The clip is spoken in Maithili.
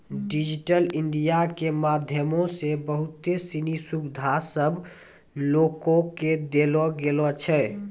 डिजिटल इंडिया के माध्यमो से बहुते सिनी सुविधा सभ लोको के देलो गेलो छै